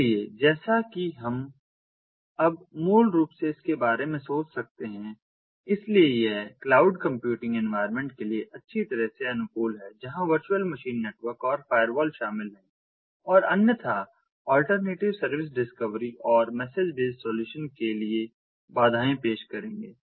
इसलिए जैसा कि हम अब मूल रूप से इसके बारे में सोच सकते हैं इसलिए यह क्लाउड कंप्यूटिंग एनवायरमेंट के लिए अच्छी तरह से अनुकूल है जहां वर्चुअल मशीन नेटवर्क और फायरवॉल शामिल हैं और अन्यथा अल्टरनेटिव सर्विस डिस्कवरी और मैसेज बेस्ड सॉल्यूशन के लिए बाधाएं पेश करेंगे